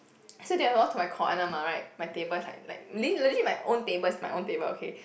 so they will walk to my corner mah right my table is like like le~ legit is my own table it's my own table okay